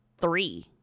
three